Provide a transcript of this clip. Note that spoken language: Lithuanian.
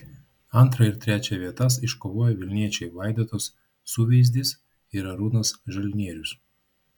antrą ir trečią vietas iškovojo vilniečiai vaidotas suveizdis ir arūnas žalnierius